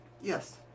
Yes